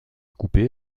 coupées